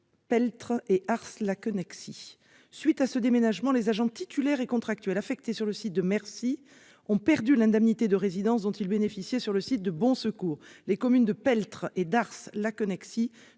Peltre et Ars-Laquenexy. À la suite de ce déménagement, les agents titulaires et contractuels affectés sur le site de Mercy ont perdu l'indemnité de résidence dont ils bénéficiaient sur le site de Bon-Secours, les communes de Peltre et d'Ars-Laquenexy